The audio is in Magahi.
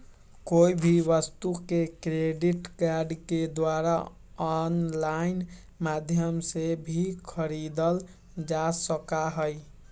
कोई भी वस्तु के क्रेडिट कार्ड के द्वारा आन्लाइन माध्यम से भी खरीदल जा सका हई